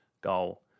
goal